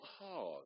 hard